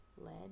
lead